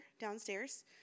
downstairs